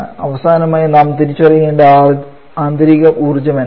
അവസാനമായി നാം തിരിച്ചറിയേണ്ട ആന്തരിക ഊർജ്ജം എന്താണ്